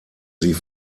sie